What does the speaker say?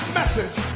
message